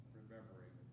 remembering